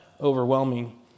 overwhelming